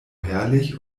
herrlich